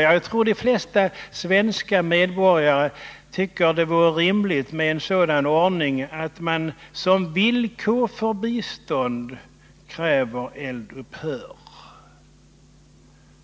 Jag tror de flesta svenska medborgare tycker att det vore rimligt med den ordningen att man som villkor för bistånd kräver ett eld upphör.